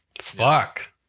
Fuck